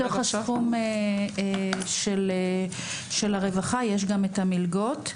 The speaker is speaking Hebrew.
בתוך הסכום של הרווחה יש גם את המלגות.